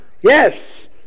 Yes